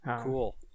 cool